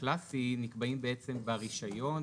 הקלאסי נקבעים בעצם ברישיון,